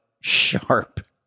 sharp